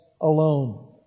alone